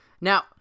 Now